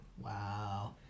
Wow